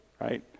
right